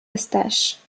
eustache